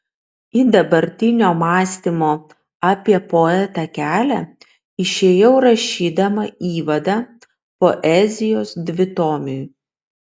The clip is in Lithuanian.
į dabartinio mąstymo apie poetą kelią išėjau rašydama įvadą poezijos dvitomiui